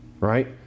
right